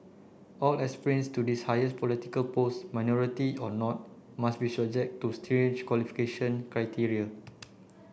all aspirants to this highest political post minority or not must be subject to stringent qualification criteria